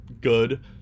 good